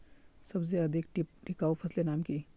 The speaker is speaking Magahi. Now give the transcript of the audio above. सबसे अधिक टिकाऊ फसलेर नाम की?